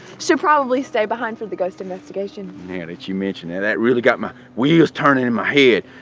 should probably stay behind for the ghost investigation. now that you mention it, that really got my wheels turning in my head.